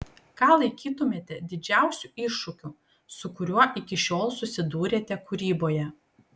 ką laikytumėte didžiausiu iššūkiu su kuriuo iki šiol susidūrėte kūryboje